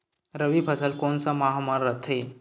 रबी फसल कोन सा माह म रथे?